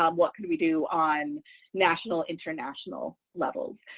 um what can we do on national, international levels?